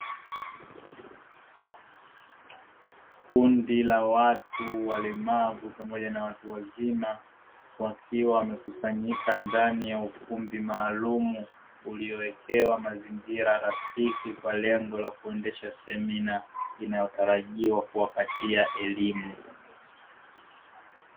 Kundi la watu walemavu pamoja na watu wazima wakiwa wamekusanyika ndani ya ukumbi maalumu, uliowekewa mazingira rafiki kwa lengo la kuendesha semina inayotarajiwa kuwapatia elimu.